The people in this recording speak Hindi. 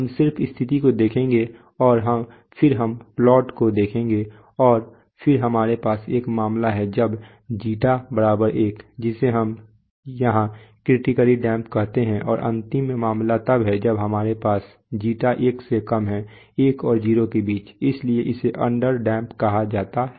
हम सिर्फ स्थिति को देखेंगे और फिर हम प्लॉट को देखेंगे और फिर हमारे पास एक मामला है जब ξ 1 ξ 1 जिसे हम यहाँ क्रिटिकली डैम्प्ड कहते हैं और अंतिम मामला तब है जब हमारे पास ξ 1 से कम है 1 और 0 के बीच इसलिए इसे अंडर डैम्प्ड केस कहा जाता है